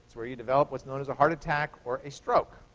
where you develop what's known as a heart attack or a stroke.